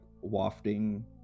wafting